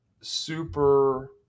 super